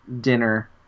dinner